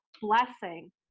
blessing